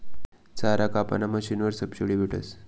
चारा कापाना मशीनवर सबशीडी भेटस